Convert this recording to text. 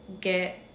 get